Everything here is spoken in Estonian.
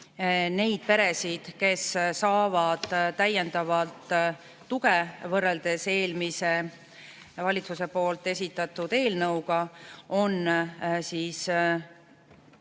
Neid peresid, kes saavad täiendavalt tuge, võrreldes eelmise valitsuse poolt esitatud eelnõuga, on kokku